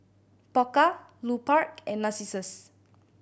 Pokka Lupark and Narcissus